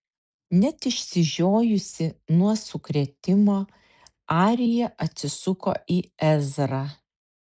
net išsižiojusi nuo sukrėtimo arija atsisuko į ezrą